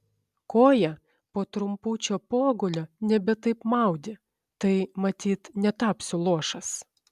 koją po trumpučio pogulio nebe taip maudė tai matyt netapsiu luošas